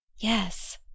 Yes